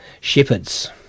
shepherds